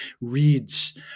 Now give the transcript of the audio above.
reads